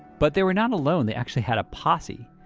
but they were not alone. they actually had a posse.